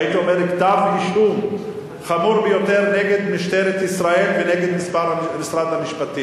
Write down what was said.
הייתי אומר כתב אישום חמור ביותר נגד משטרת ישראל ונגד משרד המשפטים.